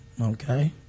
okay